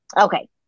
okay